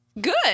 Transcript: Good